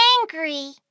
angry